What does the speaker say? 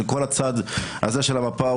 של כל הצד הזה של המפה,